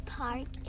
park